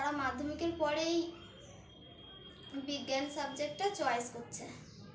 তারা মাধ্যমিকের পরেই বিজ্ঞান সাবজেক্টটা চয়েস করছে